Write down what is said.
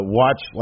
watch